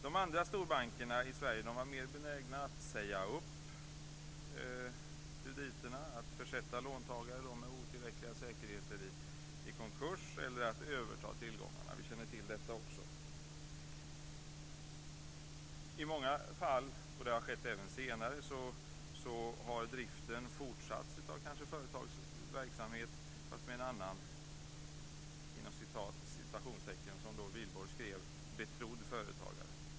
De andra storbankerna i Sverige var mer benägna att säga upp krediterna, att försätta låntagare med otillräckliga säkerheter i konkurs eller att överta tillgångarna. Vi känner till detta också. Det har skett även senare. I många fall har driften fortsatts kanske av företags verksamhet fast med en annan "betrodd", som Wihlborg skrev, företagare.